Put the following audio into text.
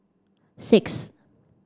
six